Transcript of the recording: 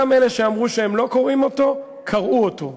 גם אלה שאמרו שהם לא קוראים אותו, קראו אותו.